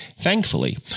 Thankfully